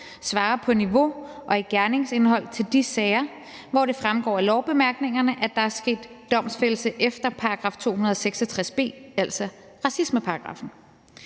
til niveauet og gerningsindholdet til de sager, hvor det fremgår af lovbemærkningerne, at der er sket domfældelse efter § 266 b, altså racismeparagraffen.